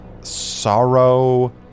Sorrow